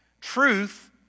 truth